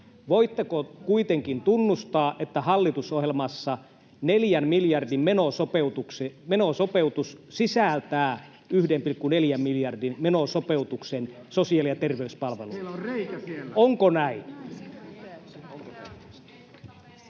Voitteko kuitenkin tunnustaa, että hallitusohjelmassa 4 miljardin menosopeutus sisältää 1,4 miljardin menosopeutuksen sosiaali- ja terveyspalveluihin?